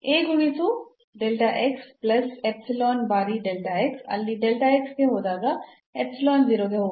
A ಗುಣಿಸು plus epsilon ಬಾರಿ ಅಲ್ಲಿ ಗೆ ಹೋದಾಗ ಎಪ್ಸಿಲಾನ್ 0 ಗೆ ಹೋಗುತ್ತದೆ